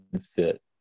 fit